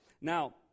Now